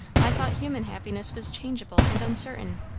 i thought human happiness was changeable and uncertain.